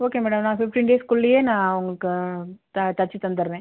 okay madam நா fifteen டேஸ்குள்ளேயே நான் உங்களுக்கு த தச்சு தந்துடுறேன்